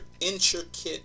intricate